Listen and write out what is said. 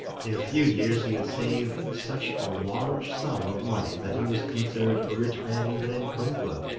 in a few years he had saved such a large sum of money that he was considered a rich man even in kungla,